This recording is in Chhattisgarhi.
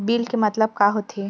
बिल के मतलब का होथे?